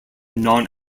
non